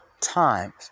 times